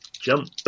Jump